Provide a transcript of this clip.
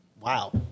Wow